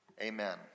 amen